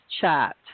chat